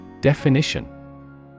Definition